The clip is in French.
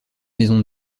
maison